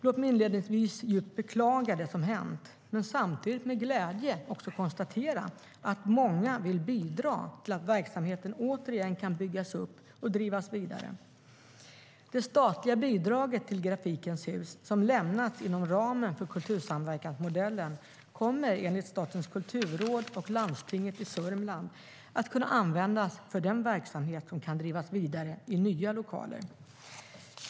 Låt mig inledningsvis djupt beklaga det som hänt men samtidigt med glädje konstatera att många vill bidra till att verksamheten återigen kan byggas upp och drivas vidare. Det statliga bidraget till Grafikens Hus, som lämnats inom ramen för kultursamverkansmodellen, kommer, enligt Statens kulturråd och Landstinget i Södermanland, att kunna användas för den verksamhet som kan drivas vidare i nya lokaler.